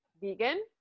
vegan